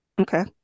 Okay